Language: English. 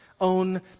own